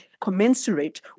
commensurate